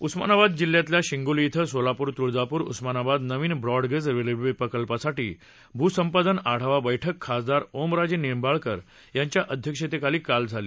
उस्मानाबाद जिल्ह्यातल्या शिंगोली क्वे सोलापूर तुळजापूर उस्मानाबाद नविन ब्रॉडगेज रेल्वे प्रकल्पासाठी भूसंपादन आढावा बैठक खासदार ओमराजे निंबाळकर यांच्या अध्यक्षतेखाली काल झाली